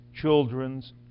children's